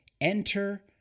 Enter